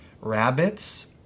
Rabbits